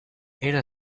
ada